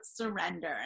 surrender